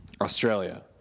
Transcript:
Australia